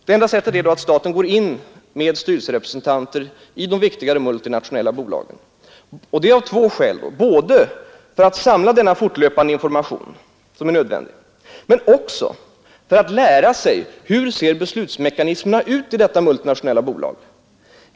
Enda sättet är då att staten går in med styrelserepresentanter i de viktigare multinationella bolagen — och det av två skäl: både för att samla den fortlöpande information som är nödvändig men också för att lära sig hur beslutsmekanismerna ser ut i dessa bolag.